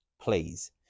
please